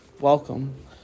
Welcome